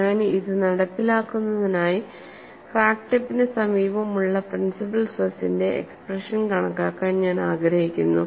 ഞാൻ ഇത് നടപ്പിലാക്കുന്നതിനായി ക്രാക്ക് ടിപ്പിന് സമീപമുള്ള പ്രിൻസിപ്പൽ സ്ട്രെസിന്റെ എക്സ്പ്രഷൻ കണക്കാക്കാൻ ഞാൻ ആഗ്രഹിക്കുന്നു